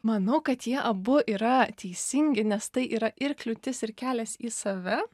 manau kad jie abu yra teisingi nes tai yra ir kliūtis ir kelias į save